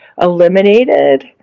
eliminated